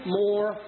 more